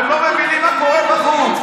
אתם לא מבינים מה קורה בחוץ.